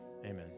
amen